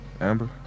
Amber